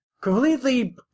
completely